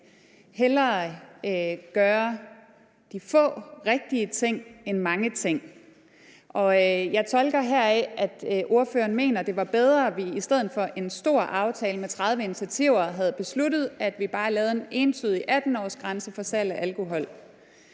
skal gøre de få rigtige ting end mange ting. Jeg tolker heraf, at ordføreren mener, at det var bedre, at vi i stedet for en stor aftale med 30 initiativer havde besluttet, at vi bare lavede en entydig 18-årsgrænse for salg af alkohol.